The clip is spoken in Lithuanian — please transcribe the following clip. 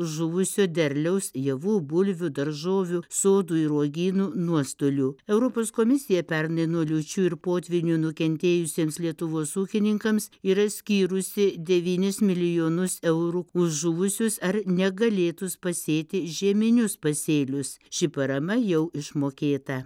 žuvusio derliaus javų bulvių daržovių sodų ir uogynų nuostolių europos komisija pernai nuo liūčių ir potvynių nukentėjusiems lietuvos ūkininkams yra skyrusi devynis milijonus eurų už žuvusius ar negalėtus pasėti žieminius pasėlius ši parama jau išmokėta